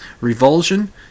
revulsion